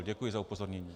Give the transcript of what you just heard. Děkuji za upozornění.